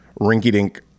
rinky-dink